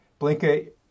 Blinka